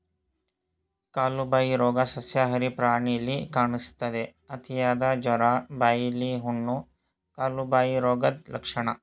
ಕಾಲುಬಾಯಿ ರೋಗ ಸಸ್ಯಾಹಾರಿ ಪ್ರಾಣಿಲಿ ಕಾಣಿಸ್ತದೆ, ಅತಿಯಾದ ಜ್ವರ, ಬಾಯಿಲಿ ಹುಣ್ಣು, ಕಾಲುಬಾಯಿ ರೋಗದ್ ಲಕ್ಷಣ